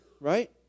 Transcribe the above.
right